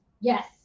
Yes